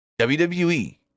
WWE